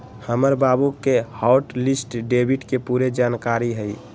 हमर बाबु के हॉट लिस्ट डेबिट के पूरे जनकारी हइ